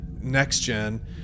next-gen